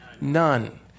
None